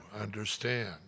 understand